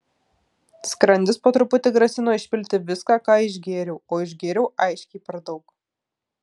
skrandis po truputį grasino išpilti viską ką išgėriau o išgėriau aiškiai per daug